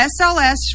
SLS